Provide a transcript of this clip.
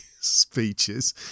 speeches